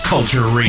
Culture